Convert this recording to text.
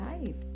life